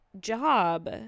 job